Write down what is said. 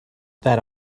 that